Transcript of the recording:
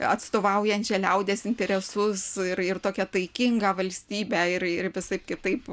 atstovaujančią liaudies interesus ir ir tokią taikingą valstybę ir ir visaip kitaip